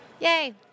Yay